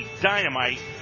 dynamite